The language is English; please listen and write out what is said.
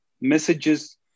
messages